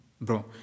Bro